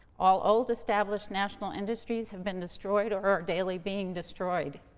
while old, established national industries have been destroyed, or are daily being destroyed.